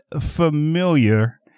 familiar